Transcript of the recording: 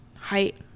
Height